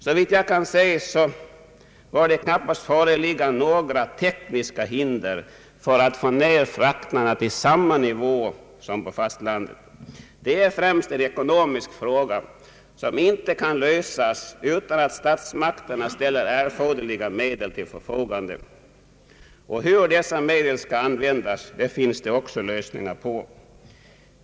Såvitt jag kan se, bör det knappast föreligga några tekniska hinder att få ner fraktkostnaderna till samma nivå som på fastlandet. Det är främst en ekonomisk fråga, som inte kan lösas utan att statsmakterna ställer erforderliga medel till förfogande. Hur dessa medel skall användas, finns det också lösningar på.